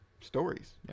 stories